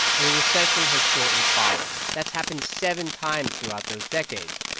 a recession has shortly followed. that's happened seven times throughout those decades.